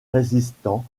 résistants